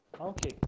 okay